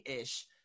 ish